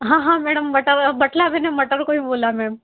हाँ हाँ मैडम बटला मैडम मैंने मटर को ही बोला मैम